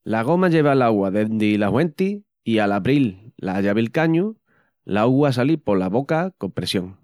La goma lleva l'augua dendi la huenti i al abril la llavi'l cañu, l'augua sali pola boca con pressión.